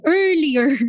earlier